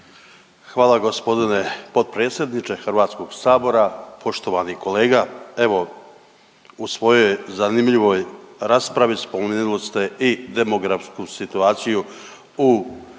Hvala g. potpredsjedniče HS-a, poštovani kolega, evo, u svojoj zanimljivoj raspravi spomenuli ste i demografsku situaciju u susjednom